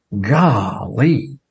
golly